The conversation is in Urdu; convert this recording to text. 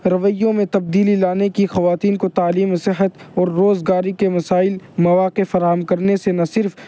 رویوں میں تبدیلی لانے کی خواتین کو تعلیم و صحت اور روزگاری کے مسائل مواقع فراہم کرنے سے نہ صرف